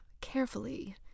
carefully